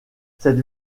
cette